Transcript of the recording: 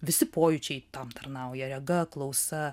visi pojūčiai tam tarnauja rega klausa